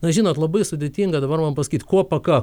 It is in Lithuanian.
na žinot labai sudėtinga dabar man pasakyt ko pakaktų